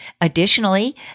Additionally